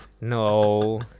no